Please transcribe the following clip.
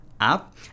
app